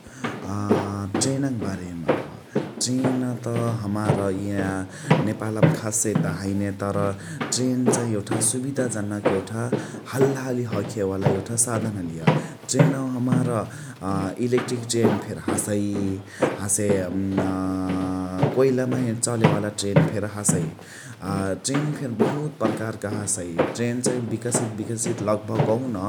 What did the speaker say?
ट्रेनक बारेमा ट्रेन त हमार इय नेपालमा खासे त हैने तर ट्रेने चाइ एउठा सुविधाजनक एउठा हालहाली हखेवाला एउठा साधन हलिय । ट्रेनवा हमार इलेक्ट्रिक ट्रेन फेरि हसइ । हसे कोइला माहे चलेवाला ट्रेन फेरि हसइ । ट्रेन फेरि बहुत प्रकारक हसइ । ट्रेन चाइ विकसित विकसित लगभग कहुन